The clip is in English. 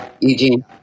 Eugene